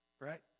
right